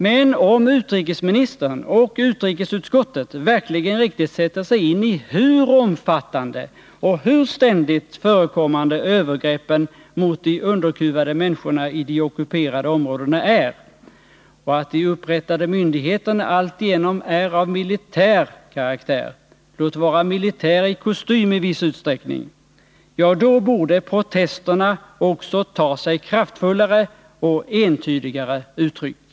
Men om utrikesministern och utrikesutskottet verkligen sätter sig in i hur omfattande och hur ständigt förekommande övergreppen mot de underkuvade människorna i de ockuperade områdena är och inser att de upprättade myndigheterna alltigenom är av militär Nr 36 karaktär — låt vara militär i kostym i viss utsträckning — så borde protesterna Onsdagen den också ta sig kraftfullare och entydigare uttryck.